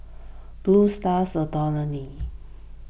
Blue Stars Dormitory